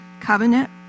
covenant